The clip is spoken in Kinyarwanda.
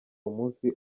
umunsi